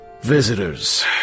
visitors